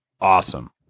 awesome